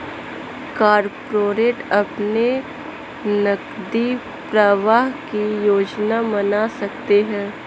corporate अपने नकदी प्रवाह की योजना बना सकते हैं